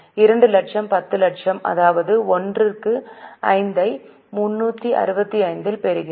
2 லட்சம் 10 லட்சம் அதாவது 1 க்கு 5 ஐ 365 இல் பெறுகிறோம்